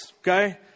Okay